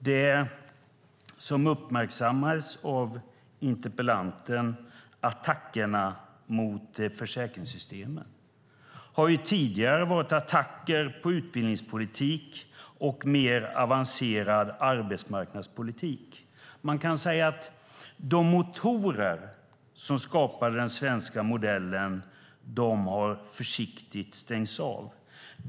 Det som uppmärksammades av interpellanten, attackerna mot försäkringssystemen, har tidigare varit attacker på utbildningspolitik och mer avancerad arbetsmarknadspolitik. Man kan säga att de motorer som skapade den svenska modellen försiktigt har stängts av.